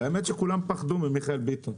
באמת שכולם פחדו ממיכאל ביטון.